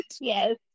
Yes